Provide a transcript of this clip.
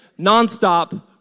nonstop